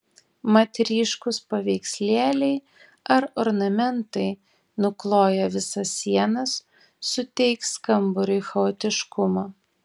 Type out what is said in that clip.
mat ryškūs paveikslėliai ar ornamentai nukloję visas sienas suteiks kambariui chaotiškumo